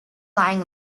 lying